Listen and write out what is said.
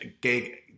gay